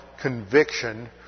conviction